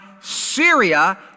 Syria